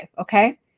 okay